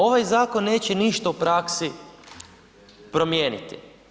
Ovaj zakon neće ništa u praksi promijeniti.